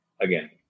again